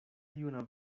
juna